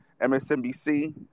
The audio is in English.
MSNBC